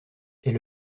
est